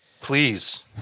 Please